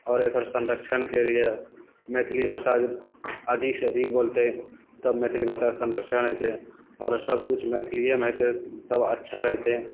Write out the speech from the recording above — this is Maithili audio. आओर एकर संरक्षण के लिए मैथिली भाषा अधिकसँ अधिक बोलतै तब मैथिली भाषाके संरक्षण हेतै आओर सबकुछ मैथिलियेमे होतै तब अच्छा रहितै